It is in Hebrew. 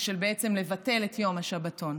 של בעצם לבטל את יום השבתון.